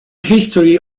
history